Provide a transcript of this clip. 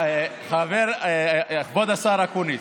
כבוד השר אקוניס,